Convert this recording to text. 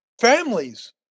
families